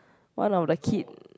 one of the kid